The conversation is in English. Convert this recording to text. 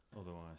otherwise